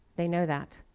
they know that,